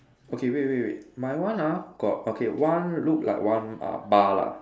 okay wait wait wait my one ah got okay one look like one uh bar lah